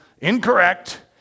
incorrect